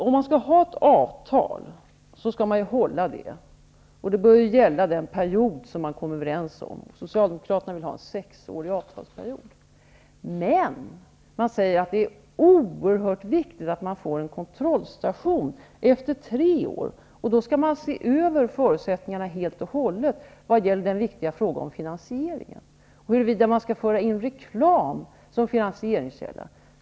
Om man skall ha ett avtal skall man hålla det, och det bör gälla den period som man kommer överens om. Socialdemokraterna vill ha en sexårig avtalsperiod. Men man säger att det är oerhört viktigt att man får en kontrollstation efter tre år, och då skall man helt och hållet se över förutsättningarna när det gäller den viktiga frågan om finansieringen och huruvida man skall föra in reklam som finansieringskälla.